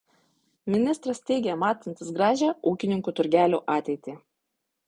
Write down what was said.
ministras teigė matantis gražią ūkininkų turgelių ateitį